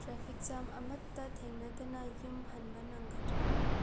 traffic jam ꯑꯃꯠꯇ ꯊꯦꯡꯅꯗꯅ ꯌꯨꯝ ꯍꯟꯕ ꯅꯪꯒꯗ꯭ꯔ